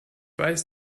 weiß